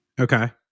okay